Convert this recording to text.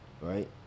right